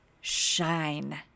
shine